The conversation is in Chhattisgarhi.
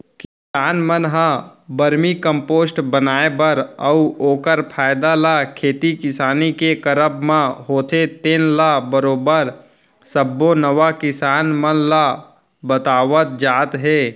किसान मन ह वरमी कम्पोस्ट बनाए बर अउ ओखर फायदा ल खेती किसानी के करब म होथे तेन ल बरोबर सब्बो नवा किसान मन ल बतावत जात हे